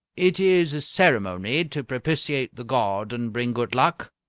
it is a ceremony to propitiate the god and bring good luck?